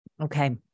Okay